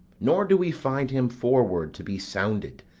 nor do we find him forward to be sounded,